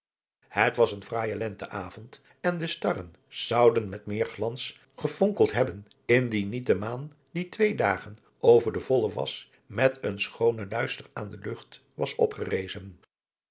het was een fraaije lente avond en de starren zouden met meer glans gesonkeld hebben indien niet de maan die twee dagen over de volle was met een schoonen luister aan de lucht was opgerezen